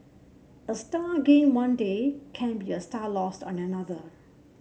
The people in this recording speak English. a star gained one day can be a star lost on another